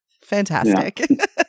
Fantastic